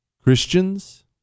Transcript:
Christians